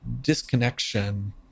disconnection